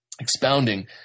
expounding